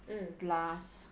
mm